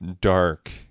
dark